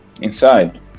inside